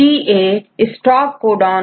you G A stop code